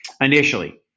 initially